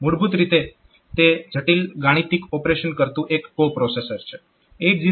મૂળભૂત રીતે તે જટીલ ગાણિતીક ઓપરેશન કરતું એક કો પ્રોસેસર છે